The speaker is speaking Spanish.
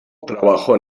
trabajó